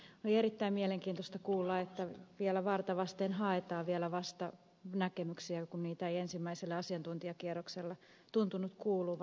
oli erittäin mielenkiintoista kuulla että vielä varta vasten haetaan vastanäkemyksiä kun niitä ei ensimmäisellä asiantuntijakierroksella tuntunut kuuluvan